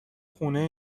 خونه